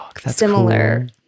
similar